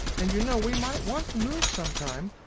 and you know we might want to move some time.